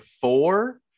four